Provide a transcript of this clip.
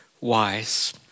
wise